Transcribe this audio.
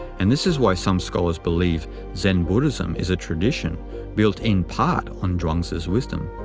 and this is why some scholars believe zen buddhism is a tradition built in part on chuang-tzu's wisdom.